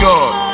God